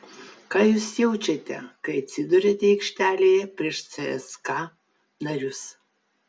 ką jūs jaučiate kai atsiduriate aikštelėje prieš cska narius